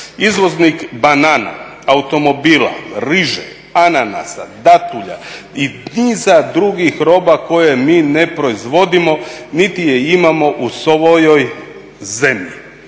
izvoznik banana, automobila, riže, ananasa, datulja i niza drugih roba koje mi ne proizvodi niti je imamo u svojoj zemlji.